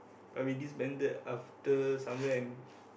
but we disbanded after somewhere in